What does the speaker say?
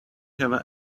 have